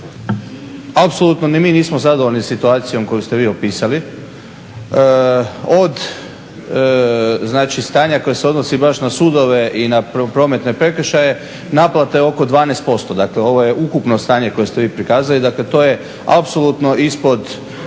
Apsolutno ni mi nismo zadovoljni situacijom koju ste vi opisali. Od, znači stanja koje se odnosi baš na sudove i prometne prekršaje, naplata je oko 12%. Dakle, ovo je ukupno stanje koje ste vi prikazali, dakle to je apsolutno ispod